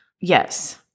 Yes